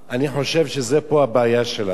אני חושב שפה הבעיה שלנו.